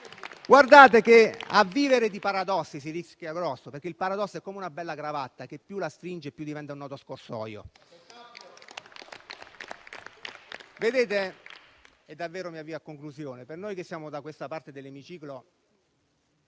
Guardate che a vivere di paradossi si rischia grosso, perché il paradosso è come una bella cravatta che più la si stringe, più diventa un nodo scorsoio. Mi avvio a conclusione: per noi che siamo da questa parte dell'emiciclo,